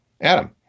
Adam